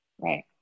Right